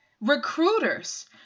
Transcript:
recruiters